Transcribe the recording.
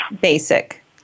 basic